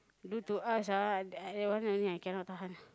do to us ah that one only I cannot tahan